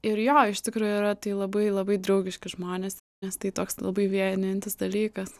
ir jo iš tikro yra tai labai labai draugiški žmonės nes tai toks labai vienijantis dalykas